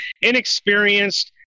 inexperienced